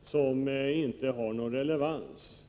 utan relevans.